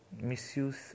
misuse